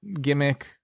gimmick